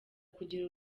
kugira